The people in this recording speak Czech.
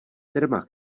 firma